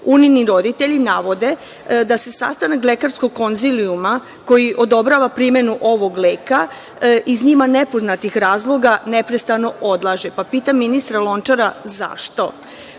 roditelji navode da se sastanak lekarskog konzilijuma, koji odobrava primenu ovog leka, iz njima nepoznatih razloga neprestano odlaže. Pitam ministra Lončara – zašto? Una